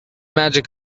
magic